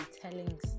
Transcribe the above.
telling